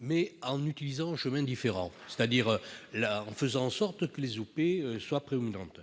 mais en empruntant un chemin différent, c'est-à-dire en faisant en sorte que les OP soient prééminentes.